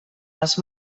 les